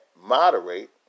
moderate